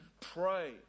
Pray